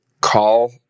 call